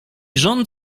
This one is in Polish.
rząd